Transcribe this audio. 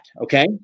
Okay